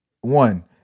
One